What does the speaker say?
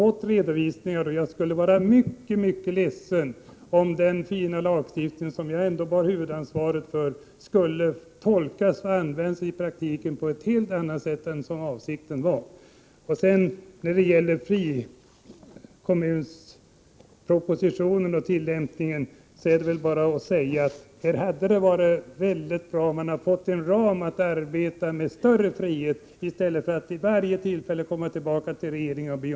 Det skulle göra mig mycket besviken om den fina lagstiftning som jag ändå bär huvudansvaret för, i praktiken skulle användas på ett helt annat sätt än vad som varit avsikten. Beträffande frizonspropositionen och dess tillämpning hade det varit bra om det getts möjligheter att arbeta med större frihet i stället för att vid varje tillfälle vara tvungen att fråga regeringen om lov.